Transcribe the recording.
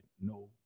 no